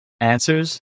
answers